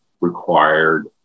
required